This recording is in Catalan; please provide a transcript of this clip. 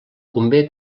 convé